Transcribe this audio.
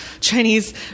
Chinese